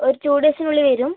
ഒരു റ്റു ഡേയ്സിനുള്ളിൽ വരും